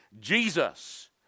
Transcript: Jesus